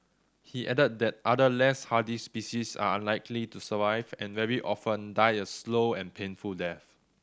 he added that other less hardy species are unlikely to survive and very often die a slow and painful death